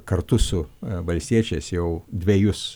kartu su valstiečiais jau dvejus